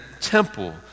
temple